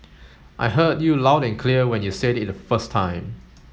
I heard you loud and clear when you said it the first time